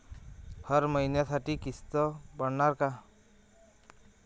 हर महिन्यासाठी किस्त पडनार का?